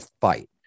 fight